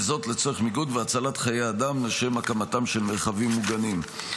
וזאת לצורך מיגון והצלת חיי אדם לשם הקמתם של מרחבים מוגנים.